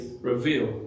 reveal